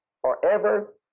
forever